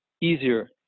easier